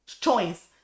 choice